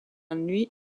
nuit